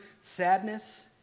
sadness